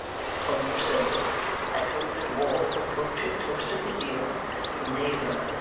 hope so echoed the dwarf, approaching close to his ear neighbour,